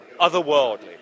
Otherworldly